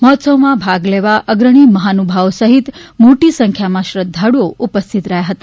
મહોત્સવમાં ભાગ લેવા અગ્રણી મહાનુભાવો સહિત મોટી સંખ્યામા શ્રધ્ધાળુઓ ઉપસ્થિત રહ્યા હતા